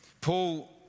Paul